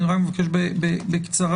אני מבקש בקצרה,